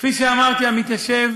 כפי שאמרתי, המתיישב